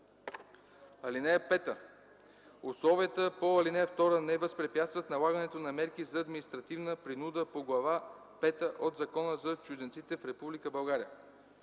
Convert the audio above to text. (5) Условията по ал. 2 не възпрепятстват налагането на мерки за административна принуда по Глава пета от Закона за чужденците в Република България.